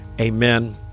Amen